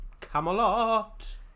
Camelot